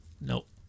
Nope